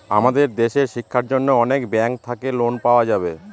আমাদের দেশের শিক্ষার জন্য অনেক ব্যাঙ্ক থাকে লোন পাওয়া যাবে